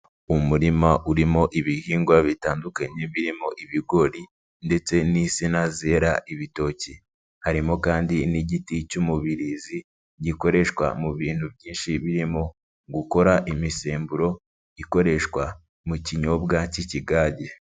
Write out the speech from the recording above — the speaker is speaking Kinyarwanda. Umurima urimo ibihingwa bitandukanye birimo ibigori ndetse n'isina zera ibitoki, harimo kandi n'igiti cy'umubirizi gikoreshwa mu bintu byinshi birimo gukora imisemburo ikoreshwa mu kinyobwa cy'ikigage.